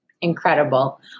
Incredible